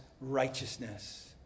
righteousness